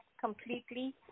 completely